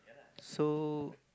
so